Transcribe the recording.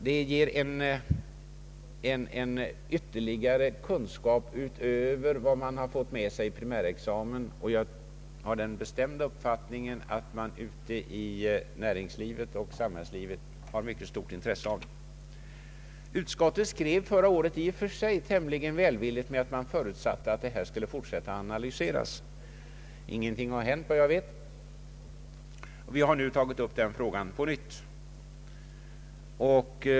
Den ger en ytterligare kunskap utöver vad man har fått med sig i primärexamen, och jag har den bestämda uppfattningen att det ute i näringslivet och samhällslivet finns mycket stort intresse för den. Utskottet skrev förra året i och för sig tämligen välvilligt att det förutsatte att det här skulle fortsätta att analyseras. Ingenting har hänt, vad jag vet, och vi har nu tagit upp frågan på nytt.